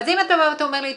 אם אתה בא ואומר לי,